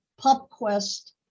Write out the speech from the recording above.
PupQuest